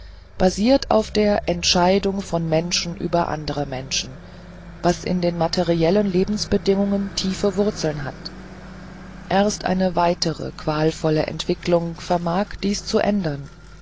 basiert auf der entscheidung von menschen über andere menschen was in den materiellen lebensbedingungen tiefe wurzeln hat erst eine weitere qualvolle entwicklung vermag dies zu ändern